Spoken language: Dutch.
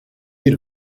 uur